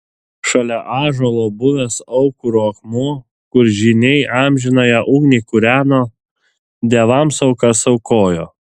šalia ąžuolo buvęs aukuro akmuo kur žyniai amžinąją ugnį kūreno dievams aukas aukojo